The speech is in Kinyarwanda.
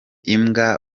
imbwa